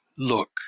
look